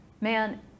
man